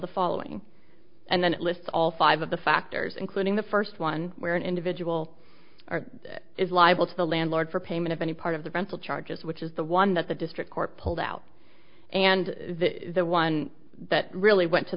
the following and then list all five of the factors including the first one where an individual is liable to the landlord for payment of any part of the rental charges which is the one that the district court pulled out and the one that really went to